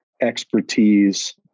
expertise